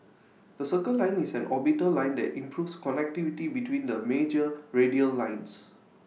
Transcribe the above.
the circle line is an orbital line that improves connectivity between the major radial lines